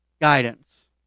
guidance